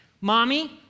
Mommy